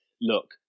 look